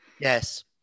yes